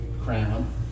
crown